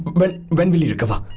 but when will he recover?